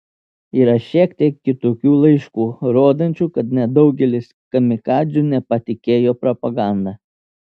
yra šiek tiek kitokių laiškų rodančių kad nedaugelis kamikadzių nepatikėjo propaganda